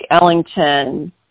Ellington